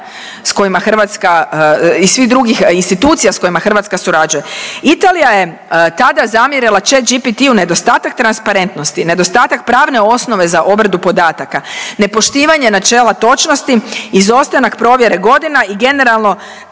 i svi drugih institucija s kojima Hrvatska surađuje. Italija je tada zamjerila Chat GPT-u nedostatak transparentnosti, nedostatak pravne osnove za obradu podataka, nepoštivanje načela točnosti, izostanak provjere godina i generalno